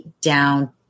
down